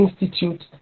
Institute